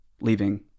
leaving